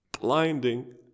blinding